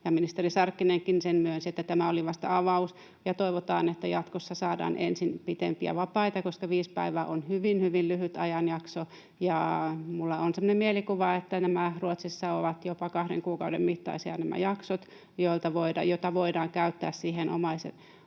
ministeri Sarkkinenkin sen myönsi, että tämä oli vasta avaus. Toivotaan, että jatkossa saadaan ensin pitempiä vapaita, koska viisi päivää on hyvin hyvin lyhyt ajanjakso. Minulla on semmoinen mielikuva, että Ruotsissa ovat jopa kahden kuukauden mittaisia nämä jaksot, joita voidaan käyttää siihen omaishoitoon